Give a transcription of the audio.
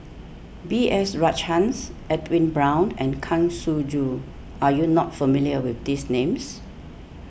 B S Rajhans Edwin Brown and Kang Siong Joo are you not familiar with these names